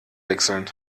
wechseln